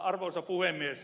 arvoisa puhemies